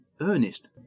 Ernest